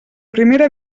primera